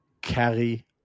carry